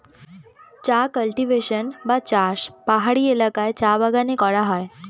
চা কাল্টিভেশন বা চাষ পাহাড়ি এলাকায় চা বাগানে করা হয়